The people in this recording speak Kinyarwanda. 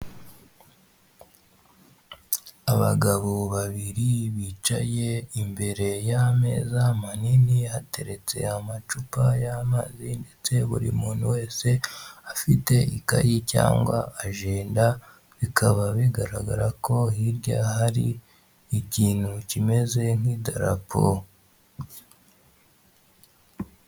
Abagabo babiri bicaye imbere y'ameza manini hateretse macupa y'amazi ndetse buri muntu wese afite ikayi cyangwa ajenda. Bikaba bigaragara ko hirya hari ikintu kimeze nk'idarapo.